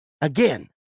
Again